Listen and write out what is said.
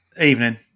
Evening